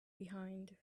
behind